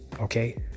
Okay